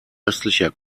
östlicher